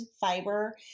fiber